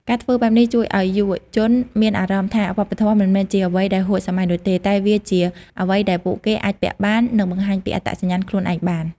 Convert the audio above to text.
ការធ្វើបែបនេះជួយឲ្យយុវជនមានអារម្មណ៍ថាវប្បធម៌មិនមែនជាអ្វីដែលហួសសម័យនោះទេ តែវាជាអ្វីដែលពួកគេអាចពាក់បាន និងបង្ហាញពីអត្តសញ្ញាណខ្លួនឯងបាន។